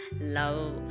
love